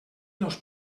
dos